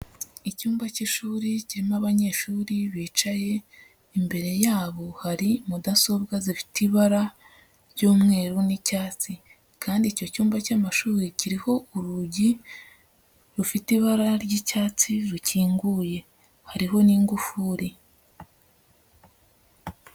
Icyumba cy'ishuri kirimo abanyeshuri bicaye, imbere yabo hari mudasobwa zifite ibara ry'umweru n'icyatsi kandi icyo cyumba cy'amashuri kiriho urugi rufite ibara ry'icyatsi rukinguye, hariho n'ingufuri.